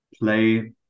play